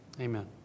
Amen